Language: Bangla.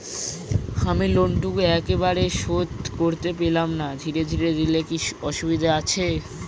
আমি লোনটুকু একবারে শোধ করতে পেলাম না ধীরে ধীরে দিলে কি অসুবিধে আছে?